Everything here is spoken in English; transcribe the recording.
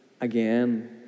again